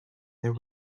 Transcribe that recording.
there